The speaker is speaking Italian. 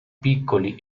piccoli